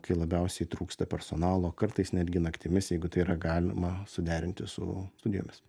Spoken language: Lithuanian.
kai labiausiai trūksta personalo kartais netgi naktimis jeigu tai yra galima suderinti su studijomis